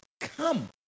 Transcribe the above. Come